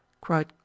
cried